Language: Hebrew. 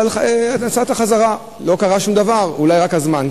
אבל נסעת חזרה, לא קרה שום דבר, אולי רק הזמן.